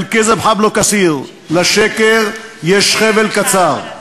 (אומר בערבית ומתרגם(: לשקר יש חבל קצר.